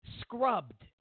scrubbed